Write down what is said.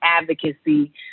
advocacy